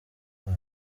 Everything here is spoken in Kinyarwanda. babo